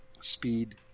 speed